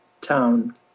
town